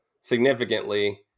significantly